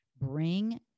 bring